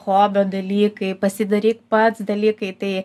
hobio dalykai pasidaryk pats dalykai tai